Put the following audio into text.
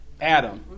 Adam